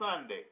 Sunday